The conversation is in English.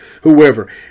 whoever